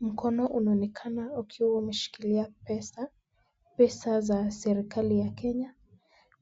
Mkono unaonekana ukiwa umeshikilia pesa, pesa za serikali ya Kenya.